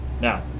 Now